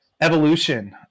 evolution